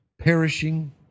perishing